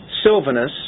Silvanus